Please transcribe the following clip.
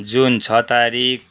जुन छ तारिक